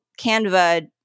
Canva